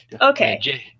Okay